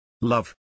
Love